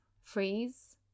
freeze